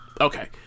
Okay